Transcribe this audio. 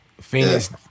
Phoenix